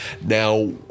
Now